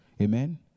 Amen